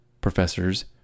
professors